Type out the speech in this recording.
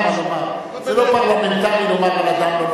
הרי, למה לומר, זה לא פרלמנטרי לומר על אדם.